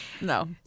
No